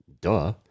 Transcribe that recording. Duh